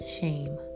Shame